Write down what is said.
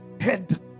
head